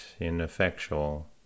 ineffectual